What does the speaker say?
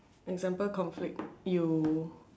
example conflict you